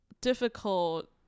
difficult